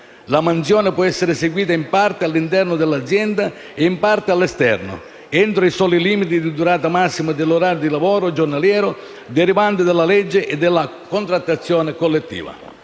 La mansione può essere eseguita in parte all’interno dell’azienda e in parte all’esterno, entro i soli limiti di durata massima dell’orario di lavoro giornaliero derivanti dalla legge e dalla contrattazione collettiva.